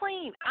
clean